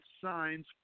signs